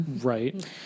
Right